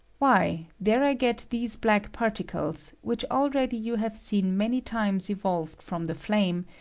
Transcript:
why, there i get these black particles, which already you have seen many times evolved from the flame,